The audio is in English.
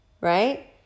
right